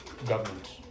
Government